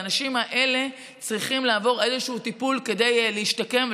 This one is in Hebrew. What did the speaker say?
והאנשים האלה צריכים לעבור איזשהו טיפול כדי להשתקם,